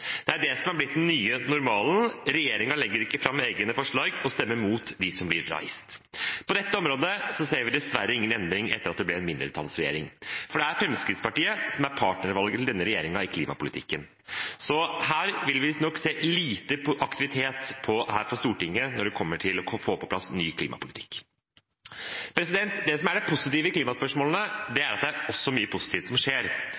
Det er det som har blitt den nye normalen. Regjeringen legger ikke fram egne forslag og stemmer imot dem som blir reist. På dette området ser vi dessverre ingen endring etter at det ble en mindretallsregjering. Det er Fremskrittspartiet som er partnervalget til denne regjeringen i klimapolitikken. Her vil vi nok se lite aktivitet fra Stortinget når det kommer til det å få på plass ny klimapolitikk. Det positive i klimaspørsmålene er at det også er mye positivt som skjer. Vi ser at det spesielt i næringslivet er mange aktører som